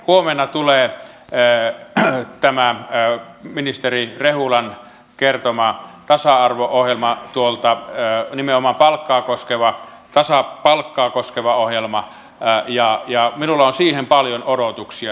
huomenna tulee ministeri rehulan kertoma tasa arvo ohjelma nimenomaan tasa arvoista palkkaa koskeva ohjelma ja minulla on sitä kohtaan paljon odotuksia